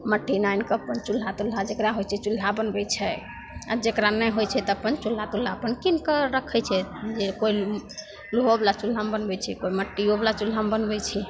मट्टी आनिके अपन चुल्हा तुल्हा जकरा होइ छै चुल्हा बनबै छै आओर जकरा नहि होइ छै अपन चुल्हा तुल्हा अपन किनिके रखै छै जे कोइ लोहोवला चुल्हामे बनबै छै कोइ मट्टिओवला चुल्हामे बनबै छै